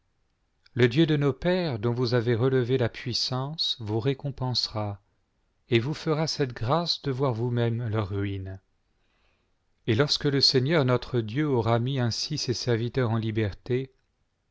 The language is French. le dieu de nos pères dont vous avez relevé la puissance voua récompensera et vous fera cette grâce de voir vous-même leur ruine et lorsque le seigneur notre dieu aura mis ainsi ses serviteurs en liberté